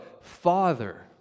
Father